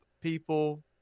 people